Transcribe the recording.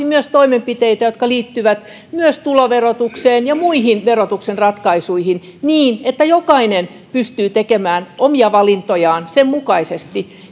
myös toimenpiteitä jotka liittyvät tuloverotukseen ja muihin verotuksen ratkaisuihin niin että jokainen pystyy tekemään omia valintojaan sen mukaisesti